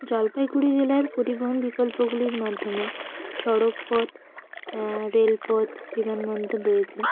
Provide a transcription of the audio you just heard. জলপাইগুড়ি জেলার পরিবহন বিকল্পগুলির মাধ্যমে সড়কপথ রেলপথ এবং বিমান বন্দর রয়েছে